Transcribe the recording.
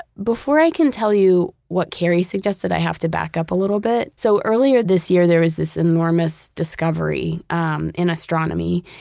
before i can tell you what carrie suggested, i have to back up a little bit. so earlier this year there was this enormous discovery um in astronomy.